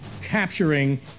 capturing